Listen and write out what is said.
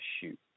shoot